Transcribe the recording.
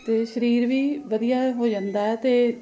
ਅਤੇ ਸਰੀਰ ਵੀ ਵਧੀਆ ਹੋ ਜਾਂਦਾ ਅਤੇ